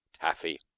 Taffy